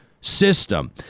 system